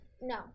No